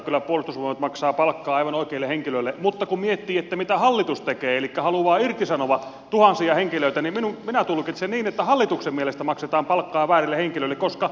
kyllä puolustusvoimat maksaa palkkaa aivan oikeille henkilöille mutta kun miettii mitä hallitus tekee elikkä haluaa irtisanoa tuhansia henkilöitä niin minä tulkitsen niin että hallituksen mielestä maksetaan palkkaa väärille henkilöille koska irtisanotaan väkeä